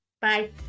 Bye